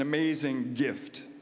amazing gift.